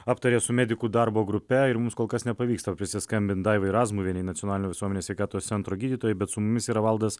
aptarė su medikų darbo grupe ir mums kol kas nepavyksta prisiskambint daivai razmuvienei nacionalinio visuomenės sveikatos centro gydytojai bet su mumis yra valdas